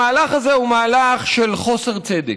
המהלך הזה הוא מהלך של חוסר צדק,